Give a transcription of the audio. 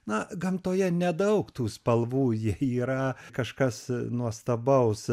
na gamtoje nedaug tų spalvų ji yra kažkas nuostabaus